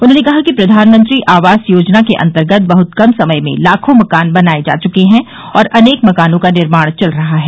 उन्होंने कहा कि प्रधानमंत्री आवास योजना के अंतर्गत बहत कम समय में लाखों मकान बनाए जा चुके हैं और अनेक मकानोंका निर्माण चल रहा है